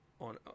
on